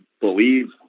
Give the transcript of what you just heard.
believe